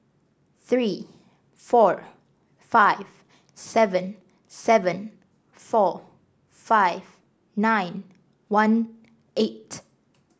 three four five seven seven four five nine one eight